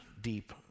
deep